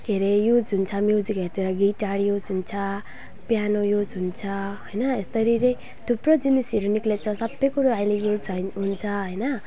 के अरे युज हुन्छ म्युजिकहरूतिर गिटार युज हुन्छ पियानो युज हुन्छ होइन यस्तरी नै थुप्रो जिनिसहरू निस्केछ सबै कुरो अहिले युज होइन हुन्छ होइन